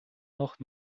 noch